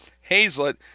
hazlet